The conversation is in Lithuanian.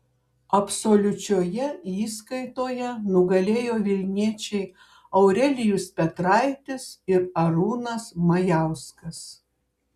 absoliučioje įskaitoje nugalėjo vilniečiai aurelijus petraitis ir arūnas majauskas